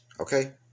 okay